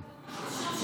בנושא האובדנות.